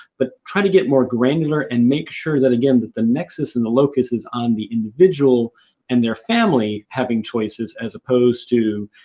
but try to get more granular and make sure that, again, the nexus and the locus is on the individual and their family having choices as opposed to,